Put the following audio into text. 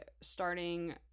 starting